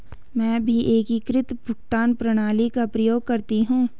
मैं भी एकीकृत भुगतान प्रणाली का प्रयोग करती हूं